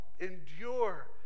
endure